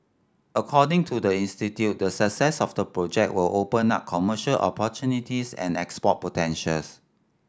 according to the institute the success of the project will open up commercial opportunities and export potentials